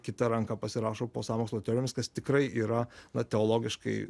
kita ranka pasirašo po sąmokslo teorijoms kas tikrai yra na teologiškai